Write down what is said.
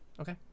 Okay